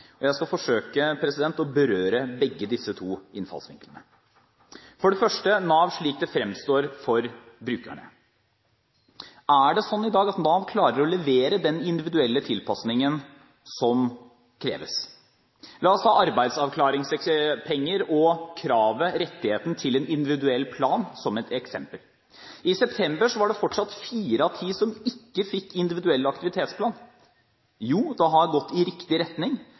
Jeg skal forsøke å berøre begge disse to innfallsvinklene. For det første Nav slik det fremstår for brukerne: Er det slik i dag at Nav klarer å levere den individuelle tilpasningen som kreves? La oss ta arbeidsavklaringspenger og kravet, rettigheten, til en individuell plan som et eksempel. I september var det fortsatt fire av ti som ikke fikk individuell aktivitetsplan. Jo, det har gått i riktig retning,